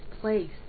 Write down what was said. place